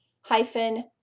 hyphen